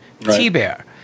T-Bear